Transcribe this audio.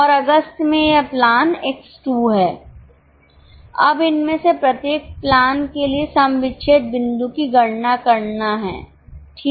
और अगस्त में यह प्लान X 2 है अब इनमें से प्रत्येक प्लान के लिए सम विच्छेद बिंदु की गणना करना है ठीक है